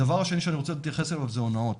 הדבר השני שאני רוצה להתייחס אליו זה הונאות.